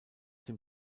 dem